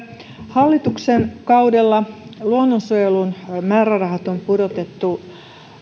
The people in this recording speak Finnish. hallituksen kaudella luonnonsuojelun määrärahat on pudotettu